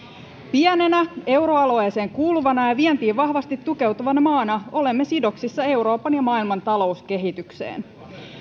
pienenä euroalueeseen kuuluvana ja ja vientiin vahvasti tukeutuvana maana olemme sidoksissa euroopan ja maailman talouskehitykseen